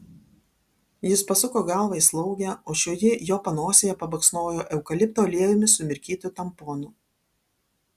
jis pasuko galvą į slaugę o šioji jo panosėje pabaksnojo eukalipto aliejumi sumirkytu tamponu